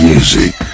Music